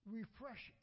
refresh